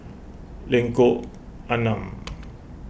Lengkong Enam